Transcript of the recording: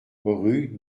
rue